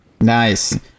Nice